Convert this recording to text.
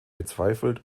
bezweifelt